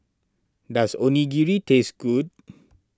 does Onigiri taste good